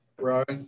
right